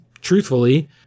truthfully